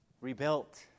rebuilt